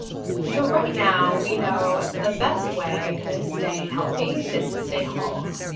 so right now, we know the best way to stay healthy is to stay home.